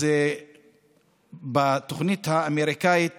אז בתוכנית האמריקאית